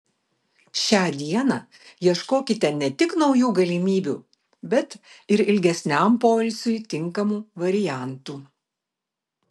šią dieną ieškokite ne tik naujų galimybių bet ir ilgesniam poilsiui tinkamų variantų